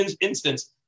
instance